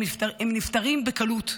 הם נפתרים בקלות,